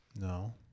No